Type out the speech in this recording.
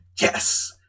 Yes